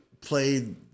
played